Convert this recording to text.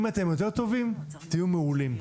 אם אתם יותר טובים, תהיו מעולים.